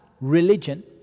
religion